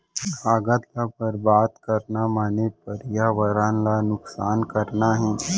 कागद ल बरबाद करना माने परयावरन ल नुकसान करना हे